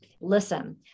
listen